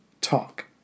Talk